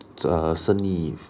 uh 生意